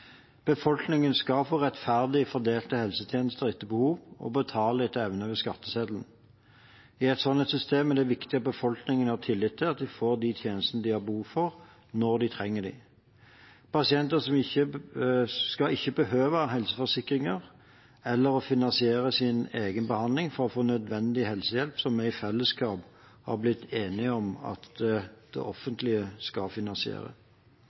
Befolkningen skal få rettferdig fordelte helsetjenester etter behov og betale etter evne over skatteseddelen. I et sånt system er det viktig at befolkningen har tillit til at de får de tjenestene de har behov får, når de trenger dem. Pasienter skal ikke behøve helseforsikringer eller å finansiere sin egen behandling for å få nødvendig helsehjelp som vi i fellesskap har blitt enige om at det offentlige skal finansiere.